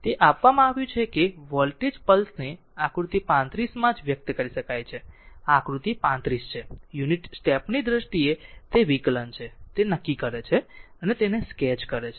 તે આપવામાં આવ્યું છે કે વોલ્ટેજ પલ્સને આકૃતિ 35 માં જ વ્યક્ત કરે છે આ આકૃતિ 35 છે યુનિટ સ્ટેપની દ્રષ્ટિએ તે વિકલન છે તે નક્કી કરે છે અને તેને સ્કેચ કરે છે